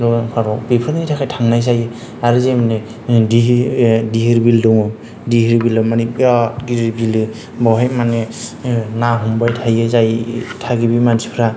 गौरां पार्कआव बेफोरनि थाखाय थांनाय जायो आरो जोंनि धिरबिल दङ धिरबिलआव माने बिराट गिदिर गिदिर बेवहाय माने ना हमबाय थायो जाहैयो थागिबि मानसिफोरा